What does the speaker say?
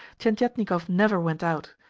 tientietnikov never went out,